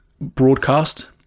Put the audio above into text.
broadcast